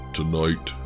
Tonight